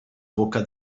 bocca